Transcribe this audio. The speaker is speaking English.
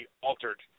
altered